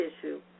issue